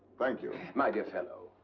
thank you. my dear fellow.